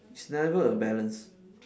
it's never a balance